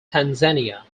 tanzania